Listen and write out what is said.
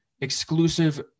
exclusive